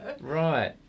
Right